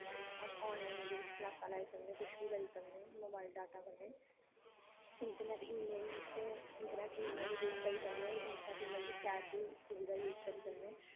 अस आनलाइन एह्दे बिच्च क्लासां लाई सकने कुछ बी करी सकने मोबाइल डाटा कन्नै internet email internet email use करी सकने इंट्रनैट ईमेल च चैट दी सुविधा यूज करी सकने